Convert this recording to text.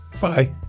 Bye